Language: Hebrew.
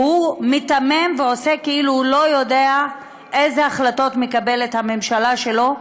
והוא מיתמם ועושה כאילו הוא לא יודע אילו החלטות מקבלת הממשלה שלו,